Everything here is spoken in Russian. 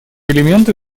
элементы